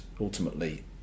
ultimately